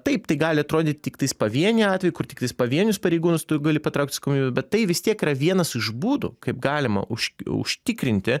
taip tai gali atrodyt tiktais pavieniai atvejai kur tiktais pavienius pareigūnus tu gali patraukt atsakomybėn bet tai vis tiek yra vienas iš būdų kaip galima už užtikrinti